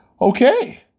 Okay